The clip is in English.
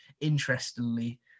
interestingly